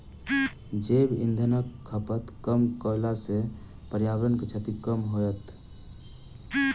जैव इंधनक खपत कम कयला सॅ पर्यावरण के क्षति कम होयत